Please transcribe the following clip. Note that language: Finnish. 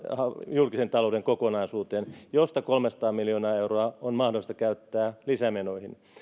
julkisen talouden kokonaisuuteen josta kolmesataa miljoonaa euroa on mahdollista käyttää lisämenoihin